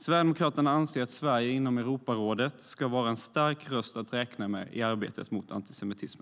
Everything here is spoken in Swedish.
Sverigedemokraterna anser att Sverige inom Europarådet ska vara en stark röst att räkna med i arbetet mot antisemitism.